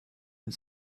and